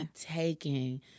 taking